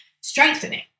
strengthening